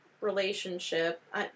Relationship